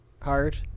hard